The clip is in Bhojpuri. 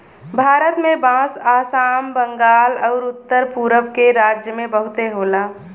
भारत में बांस आसाम, बंगाल आउर उत्तर पुरब के राज्य में बहुते होला